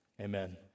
Amen